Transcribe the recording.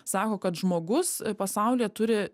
sako kad žmogus pasaulyje turi